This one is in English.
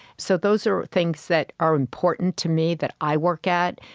so those are things that are important to me, that i work at,